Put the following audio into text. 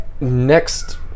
Next